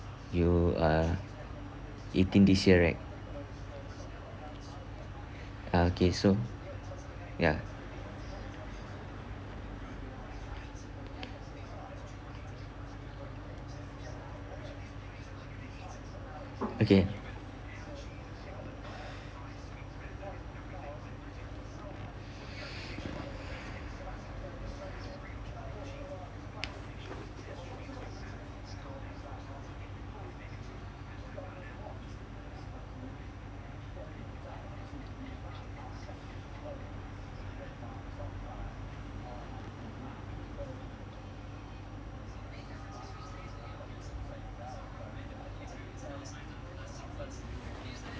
you are eighteen this year right uh okay so ya okay